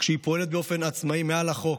כשהיא פועלת באופן עצמאי מעל החוק,